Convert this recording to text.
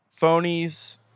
Phonies